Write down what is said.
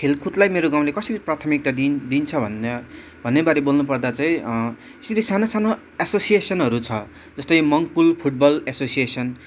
खेलकुदलाई मेरो गाउँले कसरी प्राथमिकता दिन दिन्छ भन्दा भन्नेबारे बोल्नुपर्दा चाहिँ सिधै सानो सानो एसोसिएसनहरू छ जस्तै मङ्पुल फुटबल एसोसिएसन